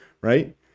right